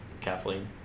Kathleen